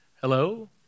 hello